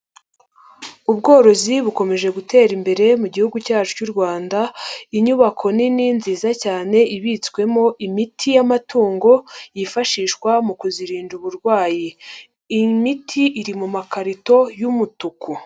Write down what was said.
Ubworozi bukomeje gutera imbere mu gihugu cyacu cy'u Rwanda, inyubako nini nziza cyane ibitswemo imiti y'amatungo yifashishwa mu kuzirinda uburwayi, imiti iri mu makarito y'umutuku.